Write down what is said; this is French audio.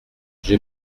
j’ai